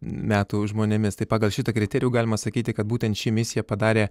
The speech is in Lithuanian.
metų žmonėmis tai pagal šitą kriterijų galima sakyti kad būtent ši misija padarė